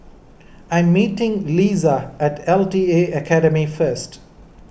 I am meeting Leesa at L T A Academy first